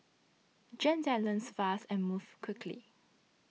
Gen Z learns fast and moves quickly